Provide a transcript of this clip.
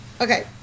Okay